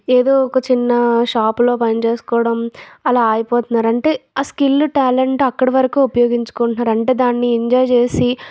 ఎదో ఒక చిన్న షాప్లో పని చేసుకోవడం అలా ఆగిపోతున్నారు అంటే ఆ స్కిల్ ట్యాలెంట్ అక్కడి వరకూ ఉపయోగించుకుంటున్నారు అంటే దాన్ని ఎంజాయ్ చేసి